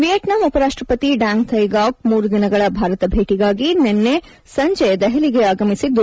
Vietnam ಉಪರಾಷ್ಟಪತಿ Dang Thi Ngoc ಮೂರು ದಿನಗಳ ಭಾರತ ಭೇಟಗಾಗಿ ನಿನ್ನೆ ಸಂಜೆ ದೆಹಲಿಗೆ ಆಗಮಿಸಿದ್ದು